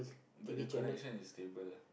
but the connection is stable lah